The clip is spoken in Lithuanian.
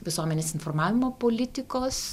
visuomenės informavimo politikos